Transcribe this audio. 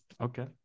Okay